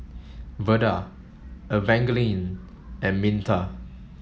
Veda Evangeline and Minta